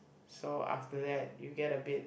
so after that you get a bit